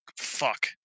fuck